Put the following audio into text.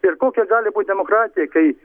ir kokia gali būt demokratija kai